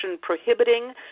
prohibiting